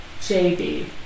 JB